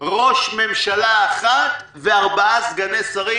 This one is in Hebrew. ראש ממשלה אחד וארבעה סגני שרים,